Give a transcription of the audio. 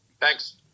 Thanks